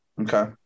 Okay